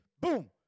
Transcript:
Boom